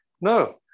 No